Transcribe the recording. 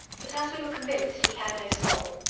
but as we were convinced he had no soul,